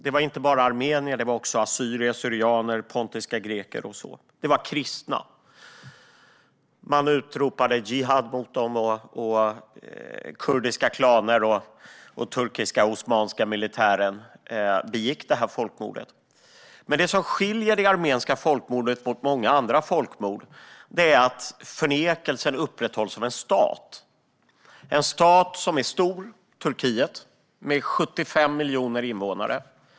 Det var inte bara armenier; det var också assyrier, syrianer, pontiska greker, och det var kristna. Man utropade jihad mot dem, och kurdiska klaner och den turkiska osmanska militären begick det här folkmordet. Men det som skiljer det armeniska folkmordet från många andra folkmord är att förnekelsen upprätthålls av en stat, Turkiet. Det är en stor stat med 75 miljoner invånare.